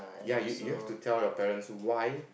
ya you you have to tell your parents why